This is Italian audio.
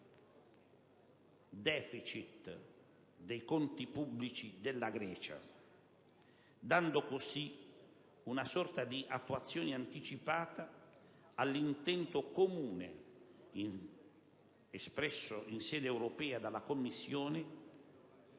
*deficit* dei conti pubblici della Grecia. Si è data così una sorta di attuazione anticipata all'intento comune, espresso in sede europea dalla Commissione,